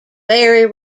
very